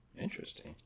interesting